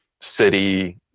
city